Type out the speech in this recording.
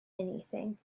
anything